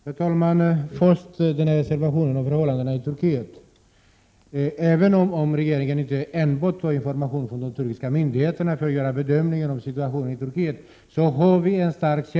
Herr talman! Först några ord om reservationen angående förhållandena i Turkiet. Även om regeringen inte enbart får information från de turkiska myndigheterna för att göra en bedömning av situationen i Turkiet, så har vi en stark Prot.